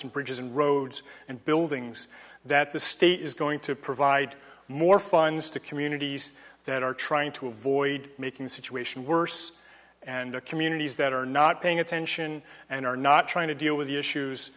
and bridges and roads and buildings that the state is going to provide more funds to communities that are trying to avoid making the situation worse and the communities that are not paying attention and are not trying to deal with the issues